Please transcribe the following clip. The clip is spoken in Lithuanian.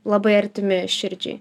labai artimi širdžiai